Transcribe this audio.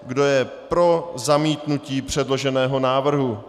Kdo je pro zamítnutí předloženého návrhu?